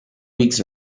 weeks